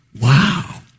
Wow